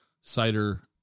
cider